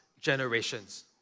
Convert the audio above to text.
generations